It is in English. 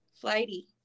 flighty